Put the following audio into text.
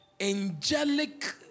angelic